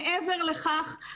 מעבר לכך,